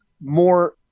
more –